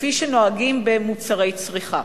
כפי שנוהגים במוצרי צריכה.